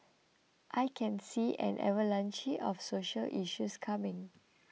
I can see an avalanche of social issues coming